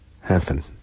happen